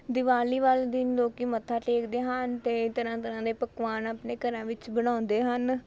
ਦਿਵਾਲੀ ਵਾਲੇ ਦਿਨ ਲੋਕ ਮੱਥਾ ਟੇਕਦੇ ਹਨ ਅਤੇ ਤਰ੍ਹਾਂ ਤਰ੍ਹਾਂ ਦੇ ਪਕਵਾਨ ਆਪਣੇ ਘਰਾਂ ਵਿੱਚ ਬਣਾਉਂਦੇ ਹਨ